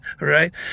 Right